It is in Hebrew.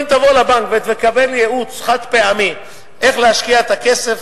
אם תבוא לבנק ותקבל ייעוץ חד-פעמי איך להשקיע את הכסף,